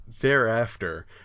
thereafter